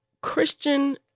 Christian